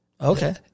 Okay